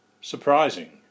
Surprising